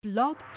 Blog